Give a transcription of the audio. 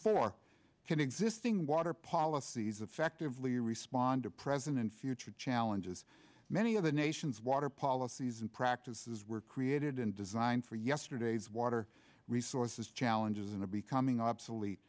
for can existing water policies effectively respond to present and future challenges many of the nation's water policies and practices were created and designed for yesterday's water resources challenges into becoming obsolete